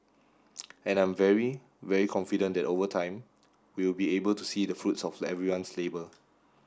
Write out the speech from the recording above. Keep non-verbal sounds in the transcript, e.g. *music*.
*noise* and I'm very very confident that over time we will be able to see the fruits of everyone's labour